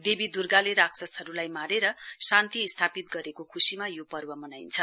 देवी दुर्गाले राक्षसहरुलाई मारेर शान्ति स्थापित गरेको खुशीमा यो पर्व मनाइन्छ